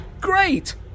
Great